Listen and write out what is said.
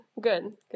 good